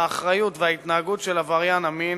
האחריות וההתנהגות של עבריין המין,